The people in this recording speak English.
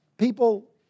People